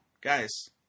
guys